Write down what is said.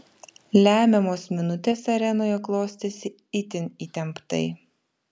lemiamos minutės arenoje klostėsi itin įtemptai